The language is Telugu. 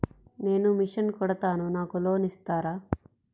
నేను మిషన్ కుడతాను నాకు లోన్ ఇస్తారా?